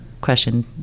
question